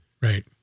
Right